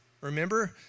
remember